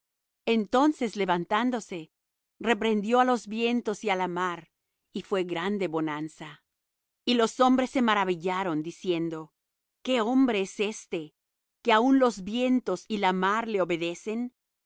entonces levantándose reprendió á los vientos y á la mar y fué grande bonanza y los hombres se maravillaron diciendo qué hombre es éste que aun los vientos y la mar le obedecen